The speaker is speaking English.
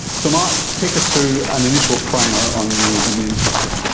so mark, take us through an initial primer on the immune system.